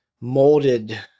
molded